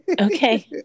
Okay